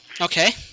Okay